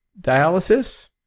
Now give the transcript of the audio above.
dialysis